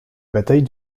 bataille